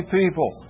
people